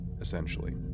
essentially